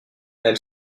elle